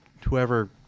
Whoever